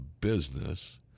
business